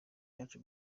yaje